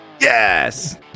Yes